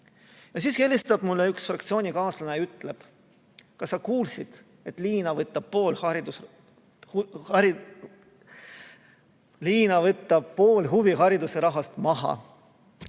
Siis helistab mulle üks fraktsioonikaaslane ja ütleb: kas sa kuulsid, et Liina võtab pool huvihariduse rahast maha?